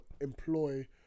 employ